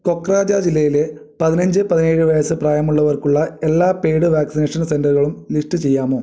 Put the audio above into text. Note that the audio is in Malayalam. കൊക്രജാര് ജില്ലയിലെ പതിനഞ്ച് പതിനേഴ് വയസ്സ് പ്രായമുള്ളവർക്കുള്ള എല്ലാ പെയ്ഡ് വാക്സിനേഷൻ സെന്ററുകളും ലിസ്റ്റ് ചെയ്യാമോ